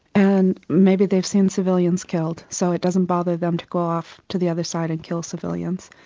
and maybe they've seen civilians killed so it doesn't bother them to go off to the other side and kill civilians,